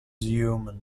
human